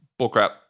bullcrap